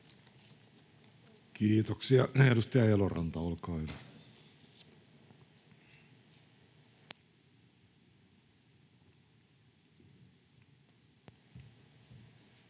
Kiitoksia. — Edustaja Eloranta, olkaa hyvä.